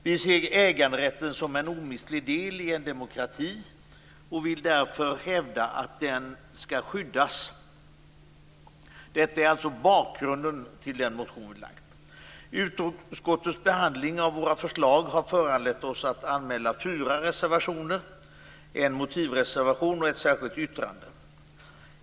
Vi ser äganderätten som en omistlig del i en demokrati och vill därför hävda att den skall skyddas. Detta är alltså bakgrunden till den motion som vi har väckt. Utskottets behandling av våra förslag har föranlett oss att anmäla fyra reservationer, en motivreservation och ett särskilt yttrande.